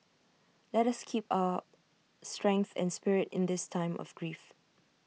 let us keep up our strength and spirit in this time of grief